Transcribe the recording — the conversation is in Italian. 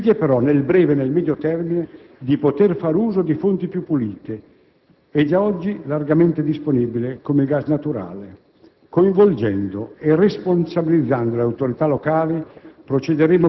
Una politica che limiti il ricorso ad energie altamente inquinanti esige però nel breve e nel medio termine di poter fare uso di fonti più pulite e già oggi largamente disponibili, come il gas naturale.